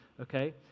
okay